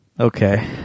Okay